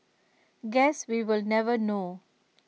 guess we will never know